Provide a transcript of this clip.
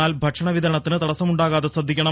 എന്നാൽ ഭക്ഷണവിതരണത്തിന് തടസമുണ്ടാകാതെ ശ്രദ്ധിക്കണം